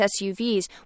SUVs